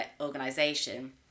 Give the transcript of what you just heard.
organization